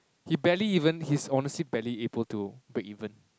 he barely even he's honestly barely able to break even